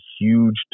huge